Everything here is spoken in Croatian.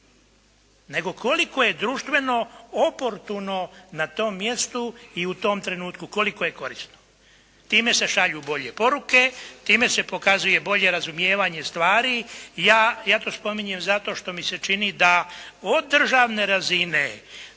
nego koliko je društveno oportuno na tom mjestu i u tom trenutku koliko je korisno. Time se šalju bolje poruke, time se pokazuje bolje razumijevanje stvari. Ja to spominjem zato što mi se čini da od državne razine